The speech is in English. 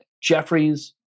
Jeffries